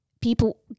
people